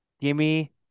Gimme